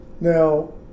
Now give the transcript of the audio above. Now